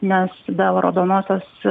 nes be raudonosios